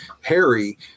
Harry